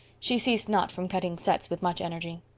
she ceased not from cutting sets with much energy.